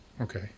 okay